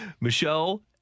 Michelle